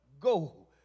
go